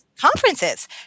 conferences